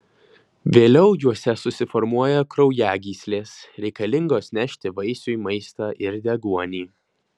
vėliau juose susiformuoja kraujagyslės reikalingos nešti vaisiui maistą ir deguonį